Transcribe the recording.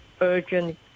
urgent